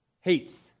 hates